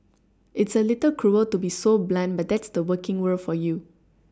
it's a little cruel to be so blunt but that's the working world for you